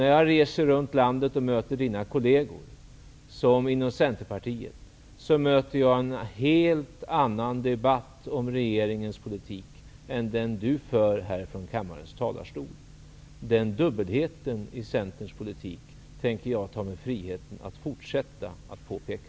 När jag reser runt i landet och möter Per-Ola Erikssons kolleger inom Centerpartiet, möter jag en helt annan debatt om regeringens politik än den Per-Ola Eriksson för från kammarens talarstol. Den dubbelheten i Centerns politik tänker jag ta mig friheten att fortsätta påpeka.